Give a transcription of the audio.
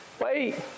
wait